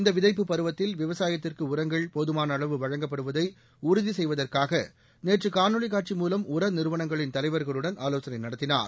இந்த விதைப்புப் பருவத்தில் விவசாயத்திற்கு உரங்கள் போதமான அளவு வழங்கப்படுவதை உறுதி செய்வதற்காக நேற்று காணொலிக் காட்சி மூலம் உர நிறுவனங்களின் தலைவர்களுடன் ஆலோசனை நடத்தினார்